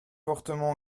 fortement